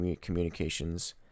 communications